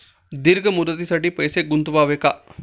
दीर्घ मुदतीसाठी पैसे गुंतवावे का?